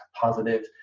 positive